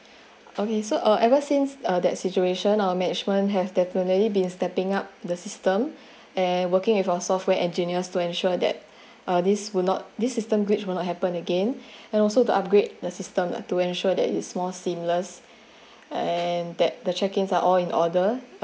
okay so uh ever since uh that situation our management have definitely been stepping up the system and working with our software engineers to ensure that uh this will not this system glitch will not happen again and also to upgrade the system or to ensure that it is more seamless and that the check in are all in order